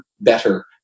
better